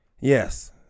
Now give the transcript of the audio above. Yes